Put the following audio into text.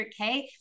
100K